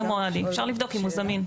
אפשר לבדוק אם הוא זמין.